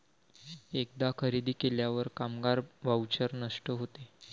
एकदा खरेदी केल्यावर कामगार व्हाउचर नष्ट होते